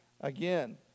Again